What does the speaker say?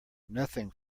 nothing